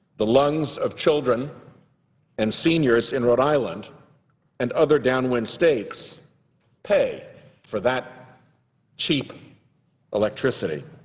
the lungs of children and seniors in rhode island and other downwind states pay for that cheap electricity.